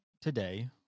today